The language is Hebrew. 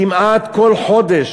כמעט כל חודש,